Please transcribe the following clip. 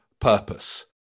purpose